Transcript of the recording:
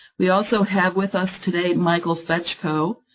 we also have with us today michael fetchko,